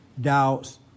doubts